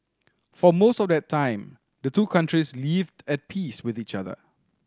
for most of that time the two countries lived at peace with each other